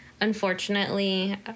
unfortunately